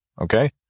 Okay